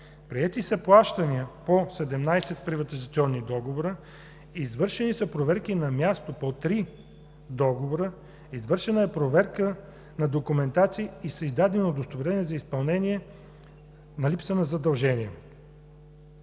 приети са плащания по 17 приватизационни договора; извършени са проверки на място по 3 договора; извършена е проверка на документации и са издадени удостоверения за изпълнение на липса на задължения.